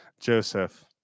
Joseph